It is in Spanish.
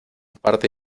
parte